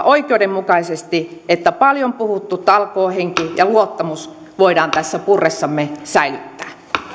oikeudenmukaisesti että paljon puhuttu talkoohenki ja luottamus voidaan tässä purressamme säilyttää